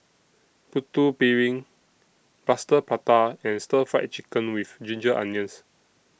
Putu Piring Plaster Prata and Stir Fried Chicken with Ginger Onions